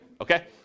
Okay